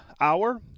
hour